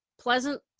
pleasant